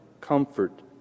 comfort